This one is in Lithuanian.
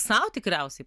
sau tikriausiai